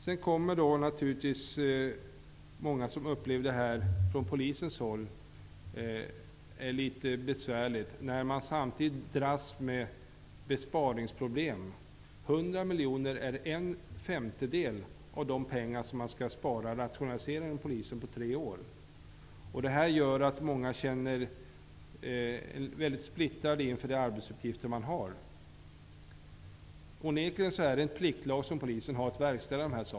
Många inom Polisen upplever detta som litet besvärligt, när man samtidigt dras med besparingsproblem. 100 miljoner är en femtedel av de pengar som man genom rationalisering inom Polisen skall spara på tre år. Det gör att många är mycket splittrade inför de arbetsuppgifter man har. Onekligen är det en pliktlag som polisen har att följa.